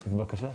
בבקשה.